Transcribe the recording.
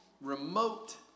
remote